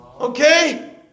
okay